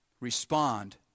Respond